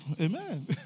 amen